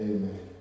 Amen